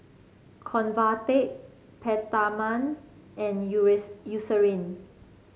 Convatec Peptamen and Eucerin